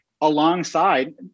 alongside